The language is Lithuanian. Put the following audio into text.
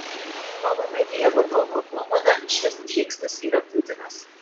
nova media vadovo nuomone šis žingsnis yra būtinas